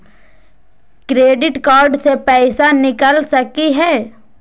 Credit card से पैसा निकल सकी हय?